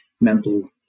mental